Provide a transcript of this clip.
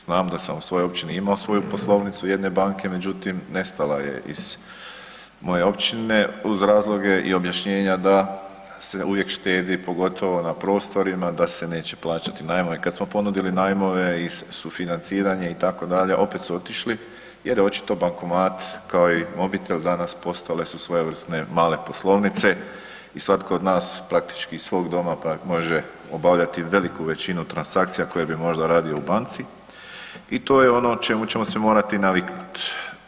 Znam da sam u svojoj općini imao svoju poslovnicu jedne banke međutim, nestala je iz moje općine uz razloge i objašnjenja da se uvijek štedi pogotovo na prostorima da se neće plaćati najam i kad smo ponudili najmove i sufinanciranje itd., opet su otišli jer očito bankomat kao i mobitel postale su svojevrsne male poslovnice i svatko od nas praktički iz svog doma može obavljati veliku većinu transakcija koje bi možda radio u banci i to je ono o čemu ćemo se morati naviknuti.